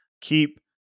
keep